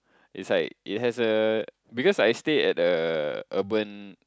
it's like it has a because I stay at the urban